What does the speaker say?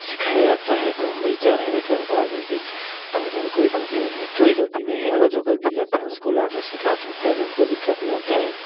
सिखाया जाता है तो हम वही चाहेंगे हम कहना चाहेंगे कि तैरने में कोई डर नहीं है कोई गलती नहीं है अगर जो गलती करता है उसको ला मैं सिखा दूं तैरने में कोई दिक्कत नहीं होता है